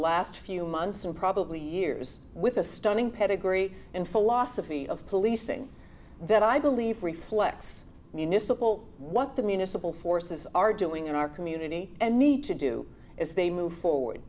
last few months and probably years with a stunning pedigree and philosophy of policing that i believe reflects municipal what the municipal forces are doing in our community and need to do is they move forward